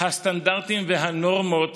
הסטנדרטים והנורמות